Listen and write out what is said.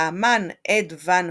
האמן אד ואן